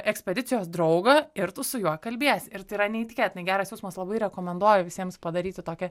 ekspedicijos draugą ir tu su juo kalbiesi ir tai yra neįtikėtinai geras jausmas labai rekomenduoju visiems padaryti tokią